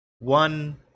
One